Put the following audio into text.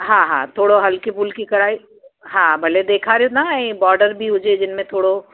हा हा थोड़रो हल्की फ़ुल्की कढ़ाई हा भले ॾेखारियो न ऐं बॉर्डर बि हुजे जिन में थोरो